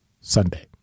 Sunday